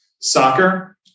soccer